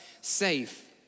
safe